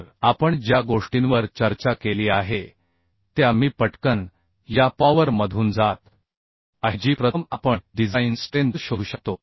तर आपण ज्या गोष्टींवर चर्चा केली आहे त्या मी पटकन या पॉवर मधून जात आहे जी प्रथम आपण डिझाइन स्ट्रेंथ शोधू शकतो